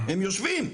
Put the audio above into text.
הם יושבים.